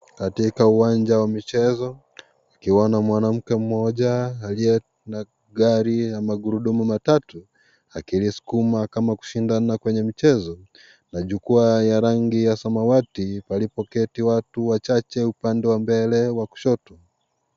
Katika uwanja wa michezo, kukiwa na mwanamke mmoja aliye na gari ya magurudumu matatu, akilisukuma kama kushinda na kwenye michezo na jukwaa ya rangi ya samawati, palipoketi watu wachache upande wa mbele wa kushoto.